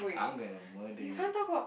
I'm going to murder you